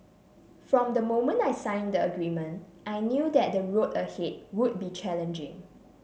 from the moment I signed the agreement I knew that the road ahead would be challenging